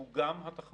הסברה היא לא מטרה.